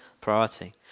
priority